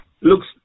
Looks